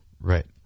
right